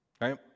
right